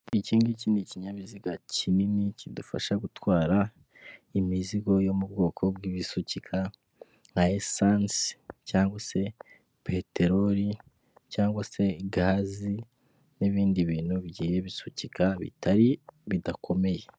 Iki ngiki ni ikinyabiziga kinini kidufasha gutwara imizigo yo mu bwoko bw'ibisukika, nka esansi, cyangwa se peterori cyangwa se gazi n'ibindi bintu bigiye bisukika bidakomeye.